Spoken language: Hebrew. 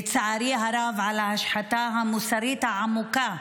לצערי הרב, על ההשחתה המוסרית העמוקה,